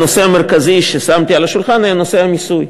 הנושא המרכזי ששמתי על השולחן היה נושא המיסוי.